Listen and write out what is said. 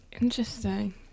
Interesting